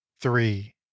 Three